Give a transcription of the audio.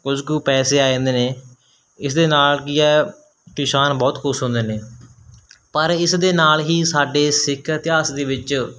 ਕੁਝ ਕੁ ਪੈਸੇ ਆ ਜਾਂਦੇ ਨੇ ਇਸਦੇ ਨਾਲ ਕੀ ਹੈ ਕਿਸਾਨ ਬਹੁਤ ਖੁਸ਼ ਹੁੰਦੇ ਨੇ ਪਰ ਇਸਦੇ ਨਾਲ ਹੀ ਸਾਡੇ ਸਿੱਖ ਇਤਿਹਾਸ ਦੇ ਵਿੱਚ